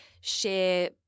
share